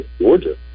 Georgia